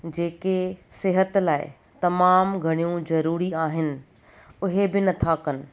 जेके सिहत लाइ तमामु घणियूं ज़रूरी आहिनि उहे बि नथा कनि